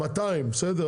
200, בסדר?